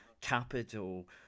capital